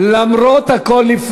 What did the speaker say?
למרות הכול,